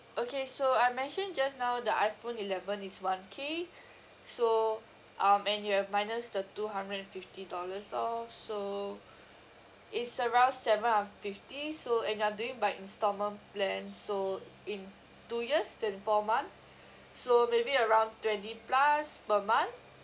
okay so I mentioned just now the iphone eleven is one K so um and you have minus the two hundred and fifty dollars off so is around seven hundred fifty so and you are doing by installment plan so in two years twenty four month so maybe around twenty plus per month